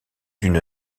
d’une